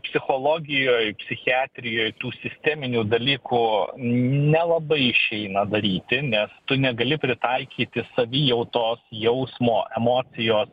psichologijoj psichiatrijoj tų sisteminių dalykų nelabai išeina daryti nes tu negali pritaikyti savijautos jausmo emocijos